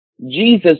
Jesus